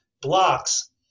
blocks